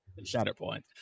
Shatterpoint